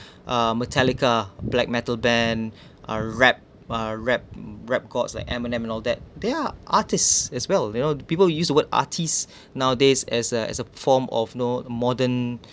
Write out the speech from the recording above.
uh metallica black metal band uh rap uh rap rap gods like eminem and all that they are artists as well you know people use the word artists nowadays as a as a form of you know modern